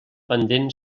pendent